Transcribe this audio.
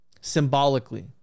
symbolically